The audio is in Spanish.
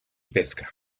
pesca